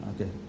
Okay